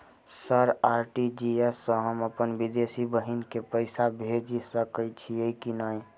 Sir RTGS सँ हम अप्पन विदेशी बहिन केँ पैसा भेजि सकै छियै की नै?